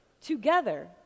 together